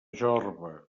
jorba